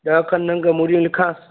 ॾह खनि नंग मूरियूं लिखां